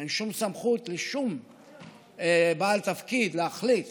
אין שום סמכות לשום בעל תפקיד להחליט